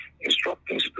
instructing